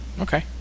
Okay